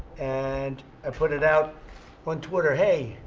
and i put it out on twitter. hey,